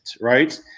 right